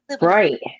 Right